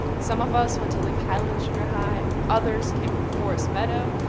some of us went to lake highlands junior high. others came from forest meadow,